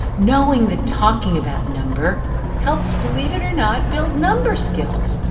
knowing that talking about number helps believe it or not build number skills.